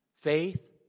Faith